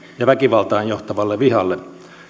ja väkivaltaan johtavalle vihalle